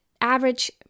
average